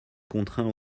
contraints